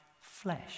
flesh